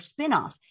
spinoff